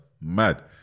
mad